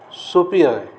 सोपी आहे